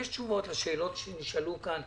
יש תשובות לשאלות שנשאלו כאן,